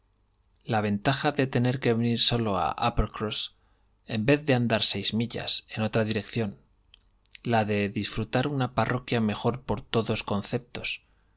la ventaja de tener que venir solo a uppercross en vez de andar seis millas en otra dirección la de disfrutar una parroquia mejor por todos conceptos